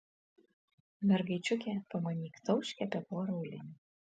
mergaičiukė pamanyk tauškia apie porą aulinių